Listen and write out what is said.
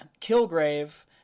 Kilgrave